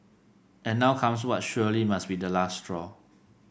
and now comes what surely must be the last straw